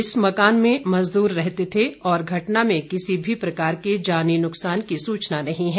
इस मकान में मजदूर रहते थे और घटना में किसी भी प्रकार के जानी नुकसान की सूचना नहीं है